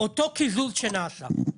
אותו קיזוז שנעשה.